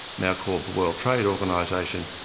now called the world trade organisation,